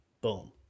boom